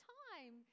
time